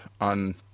on